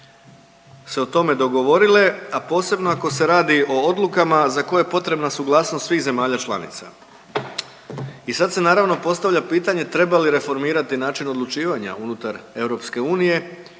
se o tome dogovorile, a posebno ako se radi o odlukama za koje je potrebna suglasnost svih zemalja članica i sad se naravno postavlja pitanje treba li reformirati način odlučivanja unutar EU